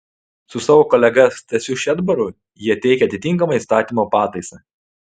su savo kolega stasiu šedbaru jie teikia atitinkamą įstatymo pataisą